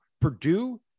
Purdue